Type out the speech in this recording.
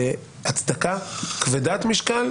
להצדקה כבדת משקל,